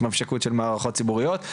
התממשקות של מערכות ציבוריות,